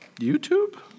YouTube